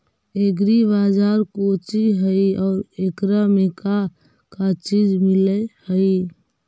Agri बाजार कोची हई और एकरा में का का चीज मिलै हई?